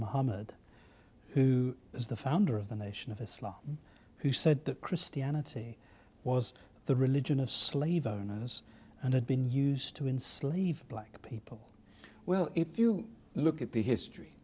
mohammad who is the founder of the nation of islam who said that christianity was the religion of slave owners and had been used to enslave black people well if you look at the history